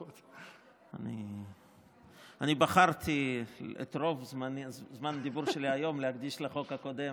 אני בחרתי את רוב זמן הדיבור שלי היום להקדיש לחוק הקודם,